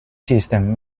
system